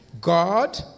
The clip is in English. God